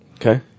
Okay